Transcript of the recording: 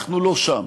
אנחנו לא שם.